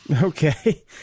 Okay